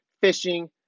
fishing